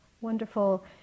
wonderful